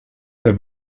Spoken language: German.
der